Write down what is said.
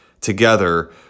together